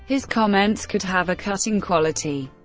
his comments could have a cutting quality.